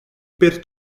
per